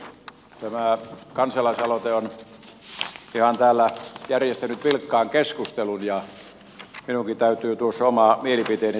tämä kansalaisaloite on ihan täällä järjestänyt vilkkaan keskustelun ja minunkin täytyy tuossa oma mielipiteeni sanoa